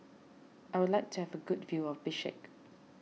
I would like to have a good view of Bishkek